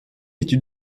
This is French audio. étude